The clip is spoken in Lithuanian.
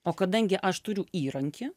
o kadangi aš turiu įrankį